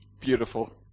Beautiful